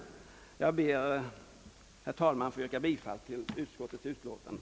Jag ber, herr talman, att få yrka bifall till utskottets utlåtande.